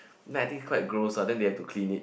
then I think it's quite gross ah then they have to clean it